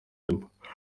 temple